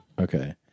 Okay